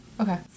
Okay